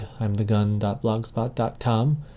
imthegun.blogspot.com